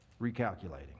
Recalculating